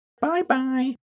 Bye-bye